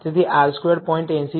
તેથી R squared 0